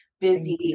busy